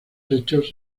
hechos